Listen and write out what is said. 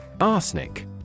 Arsenic